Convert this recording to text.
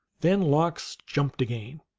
then lox jumped again,